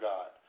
God